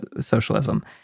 socialism